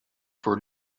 for